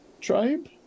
tribe